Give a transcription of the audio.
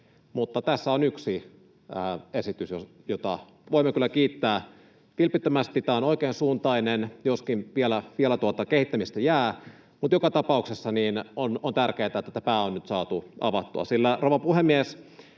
tässä on yksi esitys, jota voimme kyllä kiittää vilpittömästi. Tämä on oikeansuuntainen, joskin vielä kehittämistä jää, mutta joka tapauksessa on tärkeätä, että pää on nyt saatu avattua.